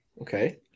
okay